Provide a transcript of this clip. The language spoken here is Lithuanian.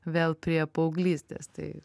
vėl prie paauglystės tai